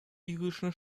irischen